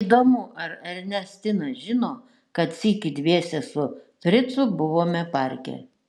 įdomu ar ernestina žino kad sykį dviese su fricu buvome parke